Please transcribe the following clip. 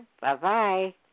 Bye-bye